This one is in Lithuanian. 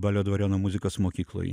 balio dvariono muzikos mokykloj